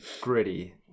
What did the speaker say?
gritty